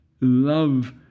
love